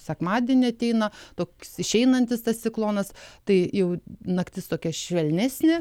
sekmadienį ateina toks išeinantis tas ciklonas tai jau naktis tokia švelnesnė